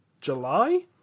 July